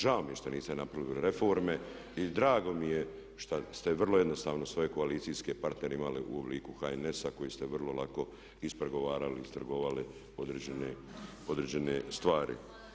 Žao mi je što niste napravili reforme i drago mi je šta ste vrlo jednostavno svoje koalicijske partnere imali u obliku HNS-a koji ste vrlo lako ispregovarali, istrgovali određene stvari.